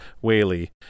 Whaley